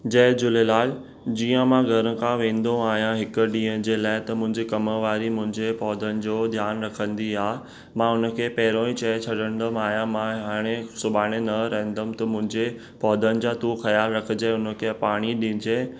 जय झूलेलाल जीअं मां घर खां वेंदो आहियां हिकु ॾींहं जे लाइ त मुंहिंजी कमवारी मुंहिंजे पौधनि जो ध्यानु रखंदी आहे मां हुन खे पहिरों ई चई छॾंदो आहियां मां हाणे सुभाणे न रहंदुमि त मुंहिंजे पौधनि जा तू ख़्यालु रखिजांइ हुन खे पाणी ॾिजांइ